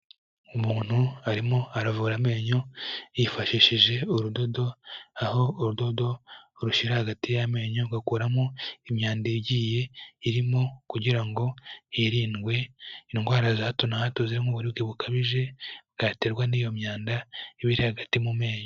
Umuntu arimo aravura amenyo yifashishije urudodo aho urudodo urushyira hagati y'amenyo ugakoramo imyanda igiye irimo kugira ngo hirindwe indwara za hato na hato zirimo nk'uburibwe bukabije bwaterwa n'iyo myanda ibi hagati mu menyo.